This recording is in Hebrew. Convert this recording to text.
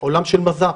עולם של מז"פ.